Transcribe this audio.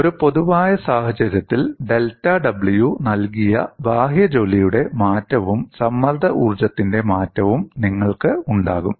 ഒരു പൊതുവായ സാഹചര്യത്തിൽ ഡെൽറ്റ W നൽകിയ ബാഹ്യജോലിയുടെ മാറ്റവും സമ്മർദ്ദ ഊർജ്ജത്തിന്റെ മാറ്റവും നിങ്ങൾക്ക് ഉണ്ടാകും